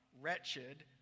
wretched